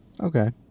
Okay